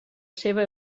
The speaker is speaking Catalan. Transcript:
seva